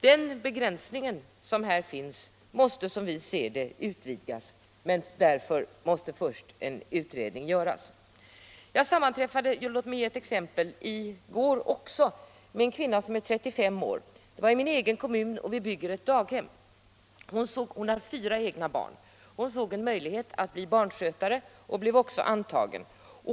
Den begränsning som här finns måste — som vi ser det — utvidgas, men först måste en utredning göras. Låt mig ge ett exempel. Jag sammanträffade i går med en kvinna som är 35 år. Det var i min hemkommun, där vi bygger ett daghem. Hon har fyra egna barn. Hon såg en möjlighet att bli barnskötare och blev också antagen.